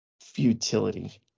futility